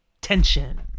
Tension